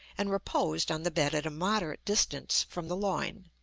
and reposed on the bed at a moderate distance from the loin.